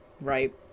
right